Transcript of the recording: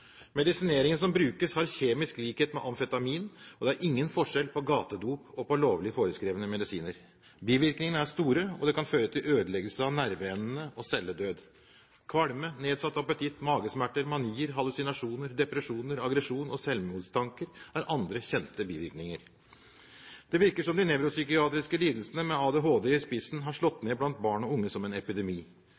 Medisineringen som brukes, har kjemisk likhet med amfetamin, og det er ingen forskjell på gatedop og på lovlig forskrevne medisiner. Bivirkningene er store, og det kan føre til ødeleggelse av nerveendene og celledød. Kvalme, nedsatt appetitt, magesmerter, manier, hallusinasjoner, depresjoner, aggresjon og selvmordstanker er andre kjente bivirkninger. Det virker som om de nevropsykiatriske lidelsene, med ADHD i spissen, har slått ned blant barn og unge som en epidemi.